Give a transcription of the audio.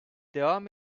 devam